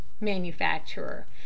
Manufacturer